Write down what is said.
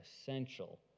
essential